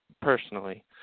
personally